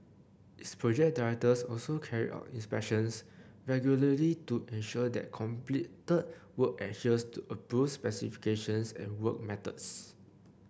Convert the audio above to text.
its project directors also carry out inspections regularly to ensure that completed work adheres to approved specifications and work methods